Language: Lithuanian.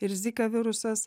ir zika virusas